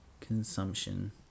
consumption